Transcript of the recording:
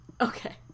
okay